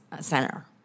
center